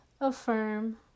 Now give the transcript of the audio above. Affirm